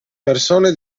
persone